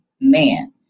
man